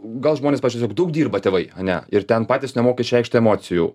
gal žmonės tiesiog daug dirba tėvai ane ir ten patys nemoka išreikšti emocijų